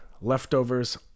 leftovers